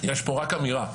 יש פה רק אמירה,